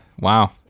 wow